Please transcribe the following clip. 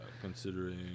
considering